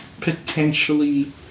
potentially